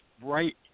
right